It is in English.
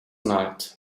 night